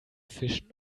fischen